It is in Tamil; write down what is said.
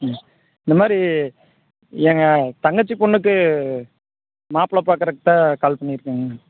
ம் இந்த மாதிரி எங்கள் தங்கச்சி பெண்ணுக்கு மாப்பிள்ளை பார்க்கறக்கு தான் கால் பண்ணியிருக்கேங்க